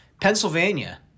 Pennsylvania